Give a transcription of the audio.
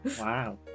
Wow